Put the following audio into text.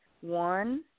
One